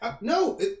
no